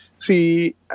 See